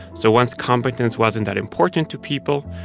so once competence wasn't that important to people,